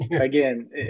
again